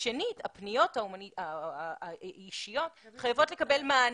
הפניות האישיות חייבות לקבל מענה,